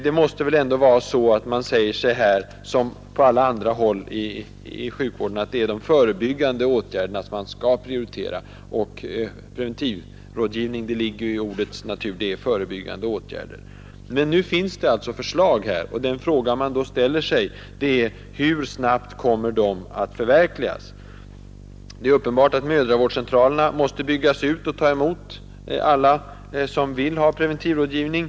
Här liksom på alla andra håll i sjukvården måste man väl ändå säga sig att de förebyggande åtgärderna bör prioriteras — att preventivmedelsrådgivning är förebyggande åtgärder ligger ju i ordets natur. Men nu finns det alltså förslag, och den fråga jag vill ställa är: Hur snabbt kommer de att förverkligas? Det är uppenbart att mödravårdscentralerna måste byggas ut och ta emot alla som vill ha preventivmedelsrådgivning.